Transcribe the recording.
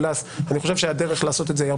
אני חושב שהדרך לעשות את זה היא יותר